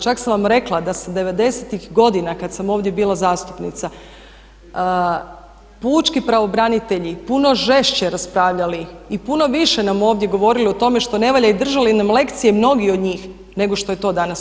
Čak sam vam rekla da se '90.-tih godina kada sam ovdje bila zastupnica pučki pravobranitelji puno žešće raspravljali i puno više nam ovdje govorili o tome šta ne valja i držali nam lekcije, mnogi od njih nego što je to danas.